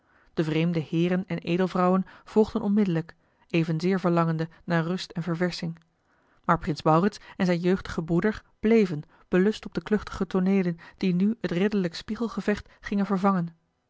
de vreemde heeren en edelvrouwen volgden onmiddellijk evenzeer verlangende naar rust en verversching maar prins maurits en zijn jeugdige broeder bleven belust op de kluchtige tooneelen die nu het ridderlijk spiegelgevecht gingen vervangen